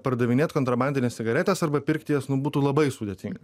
pardavinėt kontrabandines cigaretes arba pirkti jas nu būtų labai sudėtinga